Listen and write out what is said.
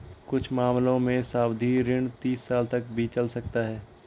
कुछ मामलों में सावधि ऋण तीस साल तक भी चल सकता है